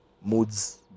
moods